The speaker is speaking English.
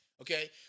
okay